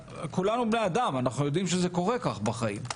כולנו בני אדם, אנחנו יודעים שזה קורה כך בחיים.